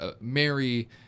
Mary